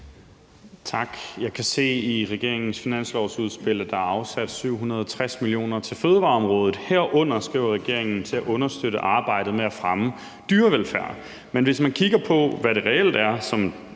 Jeg kan se i regeringens finanslovsudspil, at der er afsat 760 mio. kr. til fødevareområdet, herunder – det skriver regeringen – til at understøtte arbejdet med at fremme dyrevelfærd. Men hvis man kigger på, hvad det reelt er,